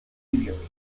immediately